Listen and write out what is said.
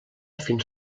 fins